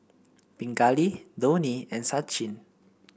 Pingali Dhoni and Sachin